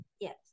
Yes